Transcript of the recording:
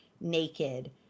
naked